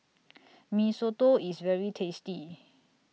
Mee Soto IS very tasty